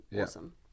Awesome